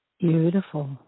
Beautiful